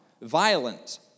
violent